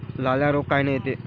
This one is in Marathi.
लाल्या रोग कायनं येते?